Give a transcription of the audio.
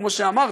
כמו שאמרתי,